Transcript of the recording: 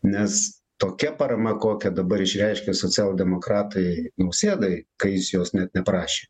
nes tokia parama kokią dabar išreiškia socialdemokratai nausėdai kai jis jos net neprašė